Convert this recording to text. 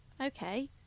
Okay